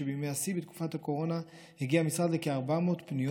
בימי השיא בתקופת הקורונה הגיע המשרד לכ-400 פניות